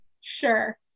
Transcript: Sure